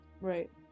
right